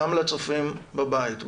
גם לצופים בבית,